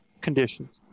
conditions